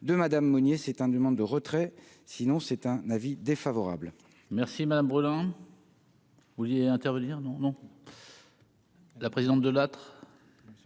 de Madame Mounier c'est un du monde de retrait, sinon c'est un avis défavorable. Merci madame brûlant. Vous vouliez intervenir non non. La présidente. Le.